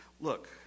look